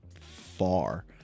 far